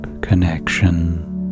connection